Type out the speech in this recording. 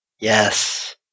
Yes